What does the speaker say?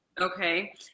Okay